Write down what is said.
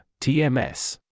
TMS